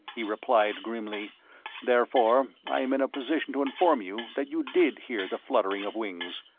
he replied, grimly therefore i am in a position to inform you that you did hear the fluttering of wings.